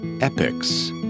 epics